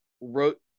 wrote